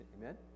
Amen